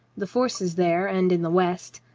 the forces there and in the west,